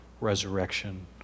resurrection